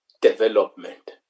development